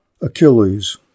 Achilles